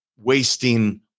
wasting